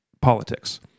politics